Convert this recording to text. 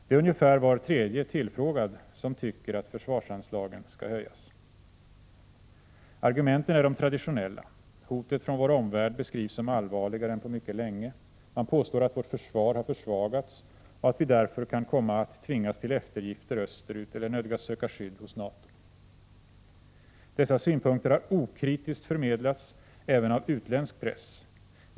Det är ungefär var tredje tillfrågad som tycker att försvarsanslagen skall höjas. Argumenten är de traditionella: Hoten från vår omvärld beskrivs som allvarligare än på mycket länge. Man påstår att vårt försvar har försvagats och att vi därför kan komma att tvingas till eftergifter österut eller nödgas söka skydd hos NATO. Dessa synpunkter har okritiskt förmedlats även av utländsk press.